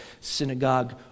synagogue